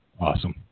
Awesome